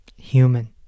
Human